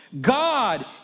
God